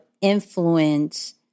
influence